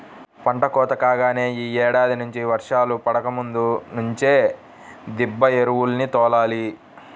పంట కోత కాగానే యీ ఏడాది నుంచి వర్షాలు పడకముందు నుంచే దిబ్బ ఎరువుల్ని తోలాలి